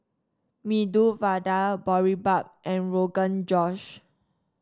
Medu Vada Boribap and Rogan Josh